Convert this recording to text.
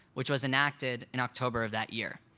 which was enacted in october of that year.